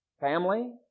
family